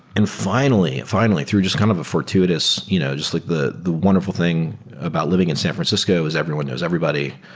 and finally, finally, through just kind of a fortuitous, you know just like the the wonderful thing about living in san francisco, is everyone knows everybody.